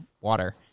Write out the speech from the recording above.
water